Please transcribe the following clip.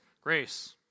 Grace